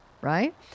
right